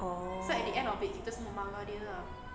orh